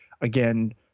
again